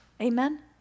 Amen